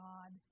God